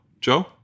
Joe